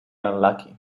unlucky